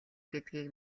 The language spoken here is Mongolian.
гэдгийг